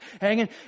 hanging